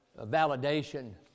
validation